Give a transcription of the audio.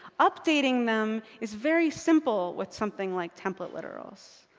updating them is very simple with something like template literals.